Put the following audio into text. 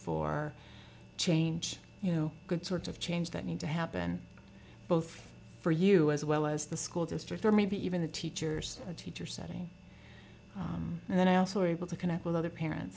for change you know good sort of change that need to happen both for you as well as the school district or maybe even the teachers a teacher setting and then also able to connect with other parents